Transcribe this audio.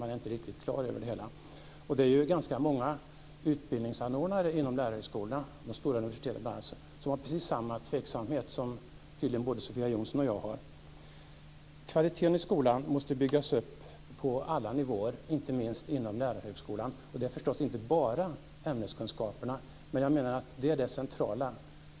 Man är inte riktigt klar över det hela. Och det är ju ganska många utbildningsanordnare inom lärarhögskolan, bl.a. de stora universiteten, som har precis samma tveksamhet som tydligen både Sofia Jonsson och jag har. Kvaliteten i skolan måste byggas upp på alla nivåer, inte minst inom lärarhögskolan. Det gäller förstås inte bara ämneskunskaperna, men jag menar att det är det centrala.